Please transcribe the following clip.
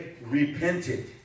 repented